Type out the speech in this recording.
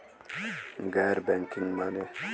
गैर बैंकिंग माने?